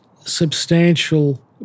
substantial